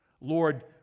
Lord